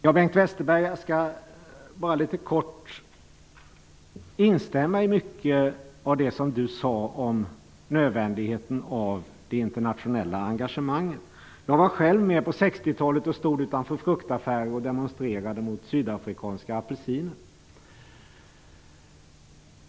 Jag kan instämma i mycket av det som Bengt Westerberg sade om nödvändigheten av det internationella engagemanget. Jag var själv med på 60-talet och stod utanför fruktaffärer och demonstrerade mot sydafrikanska apelsiner.